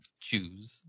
Choose